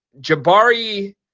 Jabari